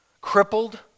crippled